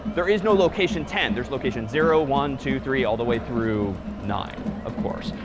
there is no location ten. there's location zero, one, two, three, all the way through nine, of course.